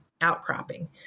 outcropping